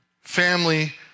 Family